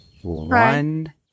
One